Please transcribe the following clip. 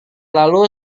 lalu